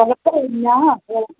okay ഞാൻ hello